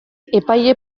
epaile